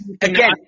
again